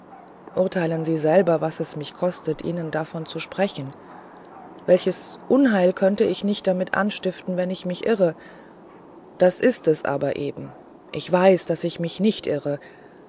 urteilen sie selber was es mich kostet ihnen davon zu sprechen welches unheil könnte ich nicht damit anstiften wenn ich mich irrte das ist es aber eben ich weiß daß ich mich nicht irre